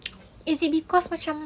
is it because macam